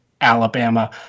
Alabama